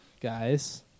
guys